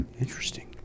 interesting